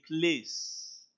place